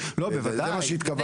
וזה מה שהתכוונת.